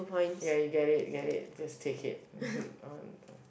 ya you get it you get it just take it